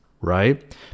right